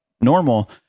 normal